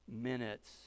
minutes